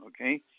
okay